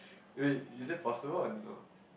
eh is that possible or no